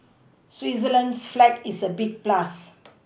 Switzerland's flag is a big plus